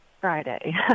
friday